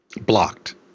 blocked